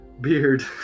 beard